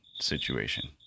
situation